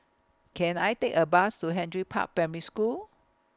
Can I Take A Bus to Henry Park Primary School